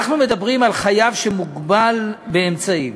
אנחנו מדברים על חייב שמוגבל באמצעים.